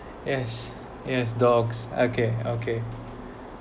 yes yes dogs okay okay